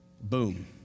Boom